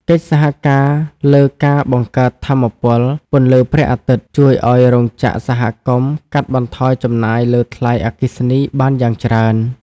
កិច្ចសហការលើការបង្កើតថាមពលពន្លឺព្រះអាទិត្យ ជួយឱ្យរោងចក្រសហគមន៍កាត់បន្ថយចំណាយលើថ្លៃអគ្គិសនីបានយ៉ាងច្រើន។